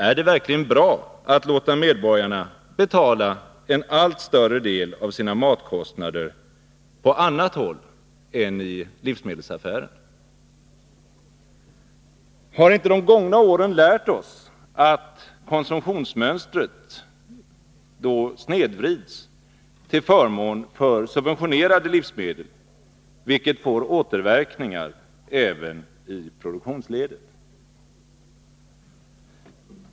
Är det verkligen bra att låta medborgarna betala en allt större del av sina matkostnader på annat håll än i livsmedelsaffären? Har inte de gångna åren lärt oss att konsumtionsmönstret då snedvrids till förmån för subventionerade livsmedel, vilket får återverkningar även i produktionsledet.